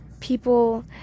people